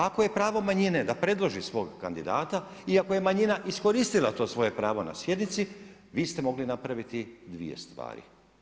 Ako je pravo manjine da predloži svog kandidata i ako je manjina iskoristila to svoje pravo na sjednici, vi ste mogli napraviti dvije stvari.